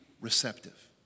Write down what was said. receptive